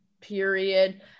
period